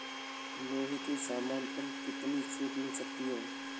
लोहे के सामान पर कितनी छूट मिल सकती है